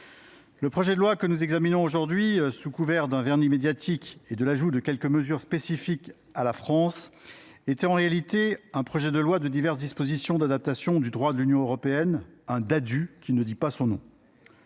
le projet de loi que nous examinons aujourd’hui, sous couvert d’un vernis médiatique et de l’ajout de quelques mesures spécifiques à la France, est en réalité un projet de loi portant diverses dispositions d’adaptation au droit de l’Union européenne (Ddadue) qui ne dit pas son nom